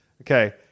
Okay